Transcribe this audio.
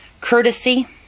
courtesy